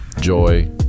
joy